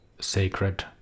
sacred